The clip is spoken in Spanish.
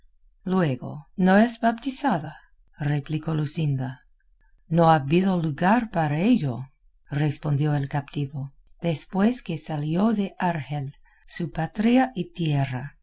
luego no es baptizada replicó luscinda no ha habido lugar para ello respondió el captivo después que salió de argel su patria y tierra